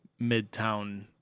Midtown